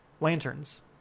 lanterns